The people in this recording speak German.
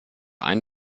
ein